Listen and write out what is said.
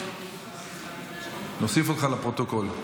נוסיף אותך לפרוטוקול.